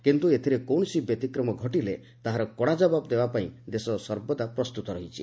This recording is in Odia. କିନ୍ତୁ ଏଥିରେ କୌଣସି ବ୍ୟତିକ୍ରମ ଘଟିଲେ ତାହାର କଡ଼ା ଜବାବ ଦେବାପାଇଁ ଦେଶ ସର୍ବଦା ପ୍ରସ୍ତୁତ ରହିଛି